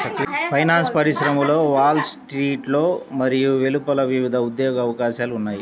finance పరిశ్రమలో wall స్ట్రీట్లో మరియు వెలుపల వివిధ ఉద్యోగ అవకాశాలు ఉన్నాయి